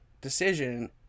decision